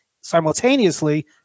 Simultaneously